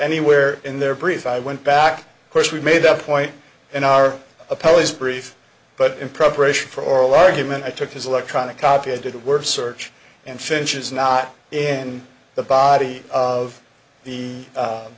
anywhere in their brief i went back course we made that point in our opposed brief but in preparation for oral argument i took his electronic copy i did a word search and finches not in the body of the